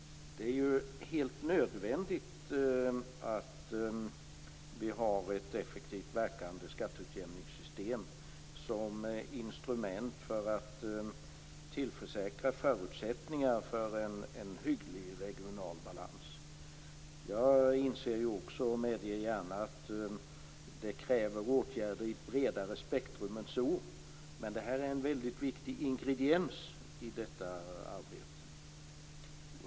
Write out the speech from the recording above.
Det är helt nödvändigt att vi har ett effektivt verkande skatteutjämningssystem som instrument för att tillförsäkra förutsättningar för en hygglig regional balans. Jag inser och medger gärna att det kräver åtgärder i ett bredare spektrum än så, men det här är en väldigt viktig ingrediens i detta arbete.